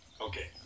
Okay